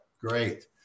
Great